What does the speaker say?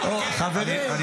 -- על